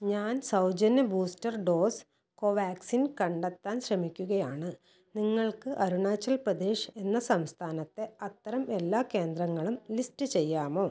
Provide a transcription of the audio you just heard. ഞാൻ സൗജന്യ booster dose Covaxin കണ്ടെത്താൻ ശ്രമിക്കുകയാണ് നിങ്ങൾക്ക് അരുണാചൽ പ്രദേശ് എന്ന സംസ്ഥാനത്തെ അത്തരം എല്ലാ കേന്ദ്രങ്ങളും ലിസ്റ്റ് ചെയ്യാമോ